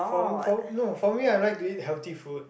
for for no for me I like to eat healthy food